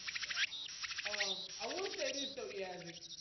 god, um i won't say this though. yeah. zyc